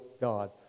God